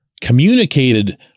communicated